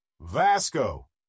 Vasco